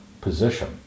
position